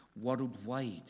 worldwide